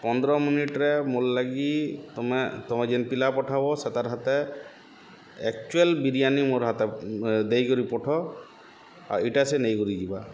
ପନ୍ଦ୍ର ମିନିଟ୍ରେ ମୋର୍ ଲାଗି ତମେ ତମେ ଯେନ୍ ପିଲା ପଠାବ ସେ ତାର୍ ହାତେ ଏକ୍ଚୁଆଲ୍ ବିରିୟାନୀ ମୋର୍ ହାତ ଦେଇକରି ପଠୁଅ ଆଉ ଇଟା ସେ ନେଇକରି ଯିବା